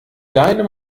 deinem